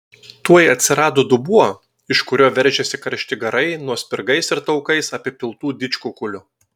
tuoj atsirado dubuo iš kurio veržėsi karšti garai nuo spirgais ir taukais apipiltų didžkukulių